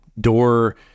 door